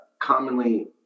commonly